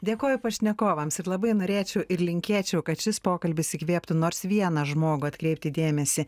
dėkoju pašnekovams ir labai norėčiau ir linkėčiau kad šis pokalbis įkvėptų nors vieną žmogų atkreipti dėmesį